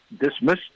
dismissed